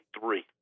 three